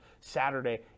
Saturday